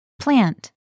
Plant